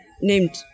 named